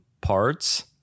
parts